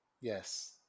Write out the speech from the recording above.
Yes